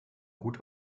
gut